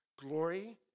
glory